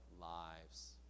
lives